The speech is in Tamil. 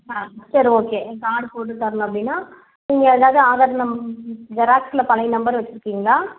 ஆ சரி ஓகே ஏன் கார்டு போட்டு தரணும் அப்படின்னா நீங்கள் எதாவது ஆதார் நம்பர் ஜெராக்ஸில் பழைய நம்பர் வச்சுருக்கீங்களா